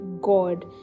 god